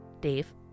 Dave